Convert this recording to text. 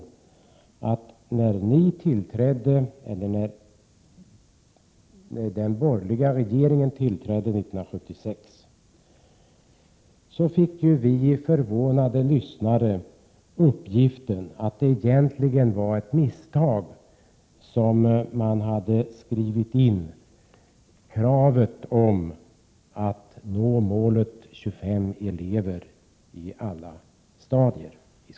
När den borgerliga regeringen tillträdde 1976 fick vi förvånade lyssnare veta att det egentligen var ett misstag att man hade skrivit in kravet på 25 elever i skolklasser på alla stadier.